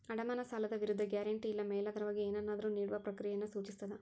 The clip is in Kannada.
ಅಡಮಾನ ಸಾಲದ ವಿರುದ್ಧ ಗ್ಯಾರಂಟಿ ಇಲ್ಲಾ ಮೇಲಾಧಾರವಾಗಿ ಏನನ್ನಾದ್ರು ನೇಡುವ ಪ್ರಕ್ರಿಯೆಯನ್ನ ಸೂಚಿಸ್ತದ